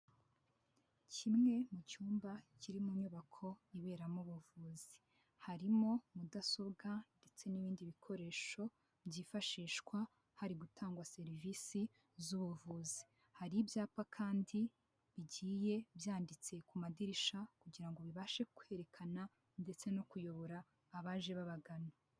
Kimwe mu cyumba kiriri mu nyubako iberamo ubuvuzi harimo mudasobwa ndetse n'ibindi bikoresho byifashishwa, hari gutangwa serivisi z'ubuvuzi, hari ibyapa kandi bigiye byanditse ku madirisha kugira ngo bibashe kwerekana ndetse no kuyobora abaje babagana.